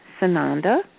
Sananda